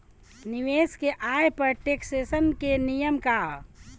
निवेश के आय पर टेक्सेशन के नियम का ह?